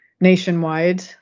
nationwide